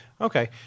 okay